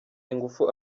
ingufu